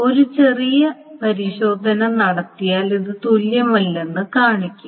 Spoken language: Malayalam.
ഒരു ചെറിയ പരിശോധന നടത്തിയാൽ ഇത് തുല്യമല്ലെന്ന് കാണിക്കും